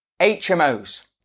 HMOs